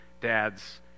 dads